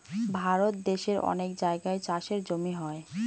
ভারত দেশের অনেক জায়গায় চাষের জমি হয়